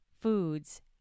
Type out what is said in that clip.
foods